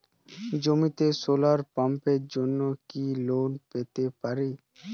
জমিতে সোলার পাম্পের জন্য কি লোন পেতে পারি?